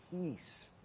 peace